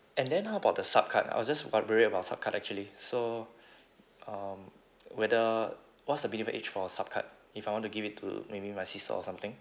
and then how about the sup card I was just wondering about sup card actually so um whether what's the minimum age for a sup card if I want to give it to maybe my sister or something